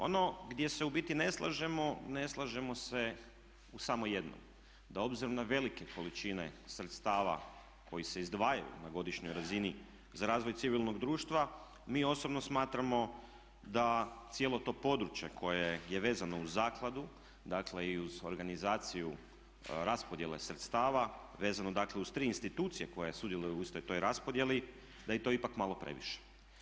Ono gdje se u biti ne slažemo, ne slažemo se u samo jednom, da obzirom na velike količine sredstava koji se izdvajaju na godišnjoj razini za razvoj civilnog društva mi osobno smatramo da cijelo to područje koje je vezano uz zakladu, dakle i uz organizaciju raspodjele sredstava vezano dakle uz tri institucije koje sudjeluju u istoj toj raspodjeli da je to ipak malo previše.